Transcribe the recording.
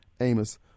Amos